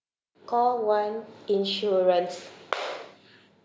call one insurance